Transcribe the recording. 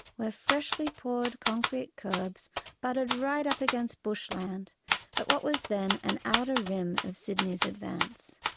where freshly poured concrete kerbs butted right up against bushland at what was then an outer rim of sydney's advance.